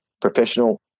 professional